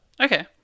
Okay